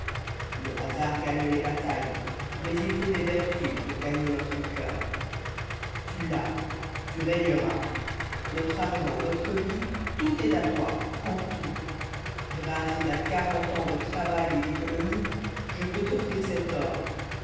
le hasard gagne les batailles mais il faut des vertus pour gagner notre coeur tu l'as tu régneras notre argent notre vie touj est à toi prends tout grâces à quarante ans de travail et d'économie je peux t'offhr cet or